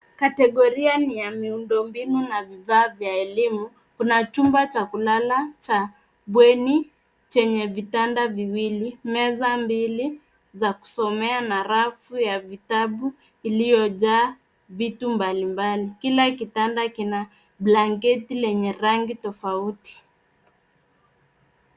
Kategoria ni ya miundombinu na vifaa vya elimu. Kuna chumba cha kulala cha bweni chenye vitanda viwili, meza mbili za kusomea na rafu mbili ya vitabu iliyojaa vitu mbalimbali. Kila kitanda kina blanketi yenye rangi tofauti.